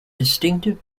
distinctive